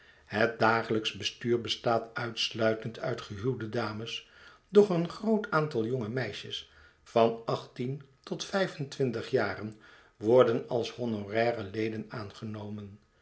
het dagelijksch bestuur bestaat uitsluitend uit gehuwde dames doch een groot aantal jonge meisjes van achttien tot vijfentwintig jaren worden als honoraire leden aangenomen